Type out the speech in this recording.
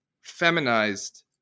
feminized